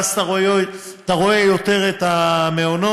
ואז אתה רואה יותר את המעונות.